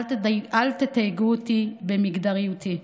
אל תתייגו אותי במגדריותי,